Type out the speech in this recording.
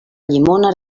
llimona